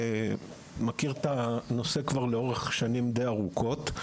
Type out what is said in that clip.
אני מכיר את הנושא כבר לאורך שנים די ארוכות.